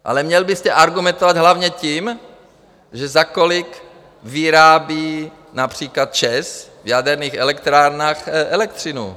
Ale měl byste argumentovat hlavně tím, za kolik vyrábí například ČEZ v jaderných elektrárnách elektřinu.